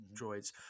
droids